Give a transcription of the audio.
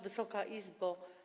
Wysoka Izbo!